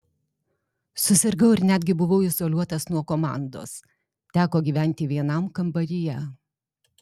susirgau ir netgi buvau izoliuotas nuo komandos teko gyventi vienam kambaryje